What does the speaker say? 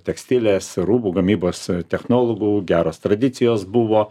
tekstilės rūbų gamybos technologų geros tradicijos buvo